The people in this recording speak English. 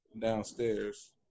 downstairs